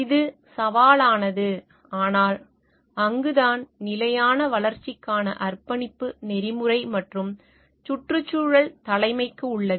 இது சவாலானது ஆனால் அங்குதான் நிலையான வளர்ச்சிக்கான அர்ப்பணிப்பு நெறிமுறை மற்றும் சுற்றுச்சூழல் தலைமைக்கு உள்ளது